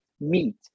meat